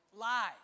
lies